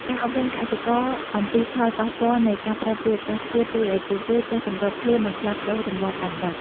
ការអប់រំកសិករអំពីផលប៉ះពាល់នៃការប្រែប្រួលអាកាសធាតុ ជួយឱ្យពួកគេចេះសម្របខ្លួន និងផ្លាស់ប្តូរទម្លាប់ដាំដុះ។